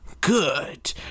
Good